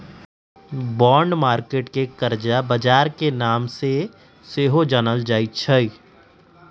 bond market के करजा बजार के नाम से सेहो जानल जाइ छइ